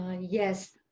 Yes